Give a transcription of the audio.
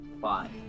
five